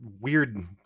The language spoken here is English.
weird